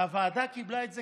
והוועדה קיבלה את זה